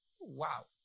Wow